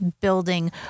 building